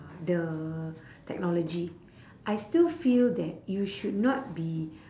the technology I still feel that you should not be